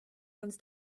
runs